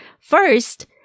First